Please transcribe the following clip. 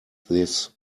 this